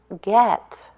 get